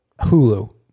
Hulu